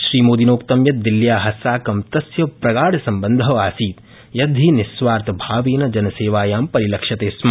श्रीमोदिनोक्तं यत् दिल्ल्या साकं तस्य प्रगादसम्बन्ध आसीत् यद् हि निस्वार्थभावेन जनसेवायां परिलक्ष्यते स्म